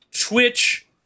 Twitch